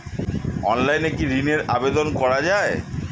অনলাইনে কি ঋনের আবেদন করা যায়?